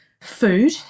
food